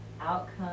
outcome